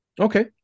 Okay